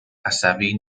عصبی